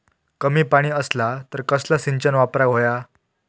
कमी पाणी असला तर कसला सिंचन वापराक होया?